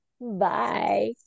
Bye